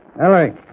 Ellery